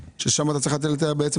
שם לא צריך לתת תמריצים.